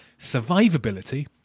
survivability